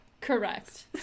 Correct